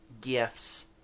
gifts